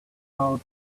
how